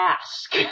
ask